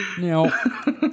now